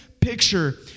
picture